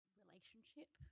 relationship